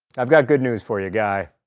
i've got good news for you, guy.